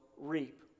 reap